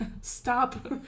stop